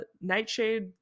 Nightshade